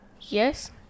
Yes